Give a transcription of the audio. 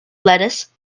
lettuce